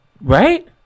Right